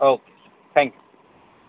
okay thank you